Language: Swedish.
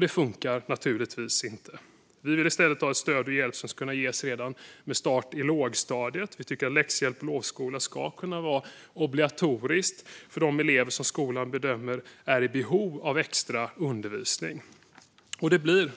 Det funkar naturligtvis inte. Vi vill i stället att stöd och hjälp ska kunna ges redan med start i lågstadiet. Vi tycker att läxhjälp och lovskola ska kunna vara obligatoriska för de elever som skolan bedömer är i behov av extra undervisning. Fru talman!